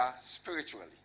spiritually